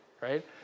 right